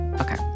Okay